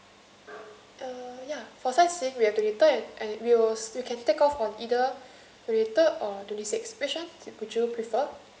uh ya for sightseeing we have twenty third and and we'll you can take off on either twenty third or twenty sixth which one would you prefer